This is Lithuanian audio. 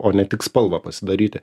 o ne tik spalvą pasidaryti